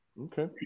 Okay